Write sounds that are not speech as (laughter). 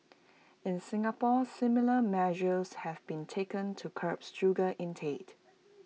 in Singapore similar measures have been taken to curb sugar intake (noise)